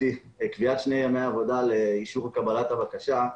קביעת שני ימי עבודה לאישור קבלת הבקשה.